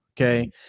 Okay